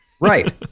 right